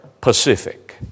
Pacific